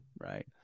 Right